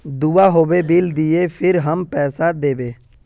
दूबा होबे बिल दियो फिर हम पैसा देबे?